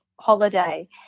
holiday